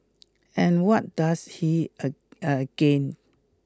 and what does he a again